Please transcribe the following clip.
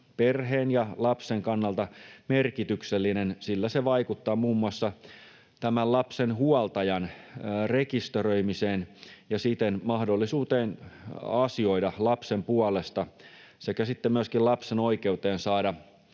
perheen ja lapsen kannalta merkityksellinen, sillä se vaikuttaa muun muassa tämän lapsen huoltajan rekisteröimiseen ja siten mahdollisuuteen asioida lapsen puolesta sekä sitten myöskin lapsen oikeuteen saada